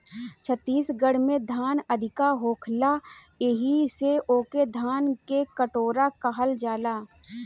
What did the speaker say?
छत्तीसगढ़ में धान अधिका होखेला एही से ओके धान के कटोरा कहल जाला